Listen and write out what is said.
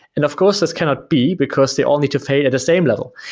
and of course, this cannot be because they all need to fade at the same level.